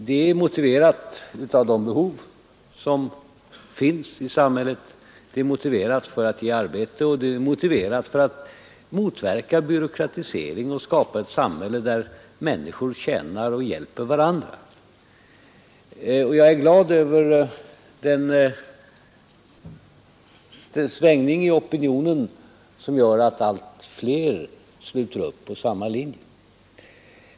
Det är motiverat av de behov som finns i samhället, och det krävs för att ge arbete och för att motverka byråkratisering och skapa ett samhälle där människor tjänar och hjälper varandra. Jag är glad över den svängning i opinionen som gör att allt fler sluter upp kring denna linje.